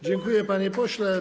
Dziękuję, panie pośle.